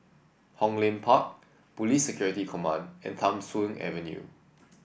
Hong Lim Park Police Security Command and Tham Soong Avenue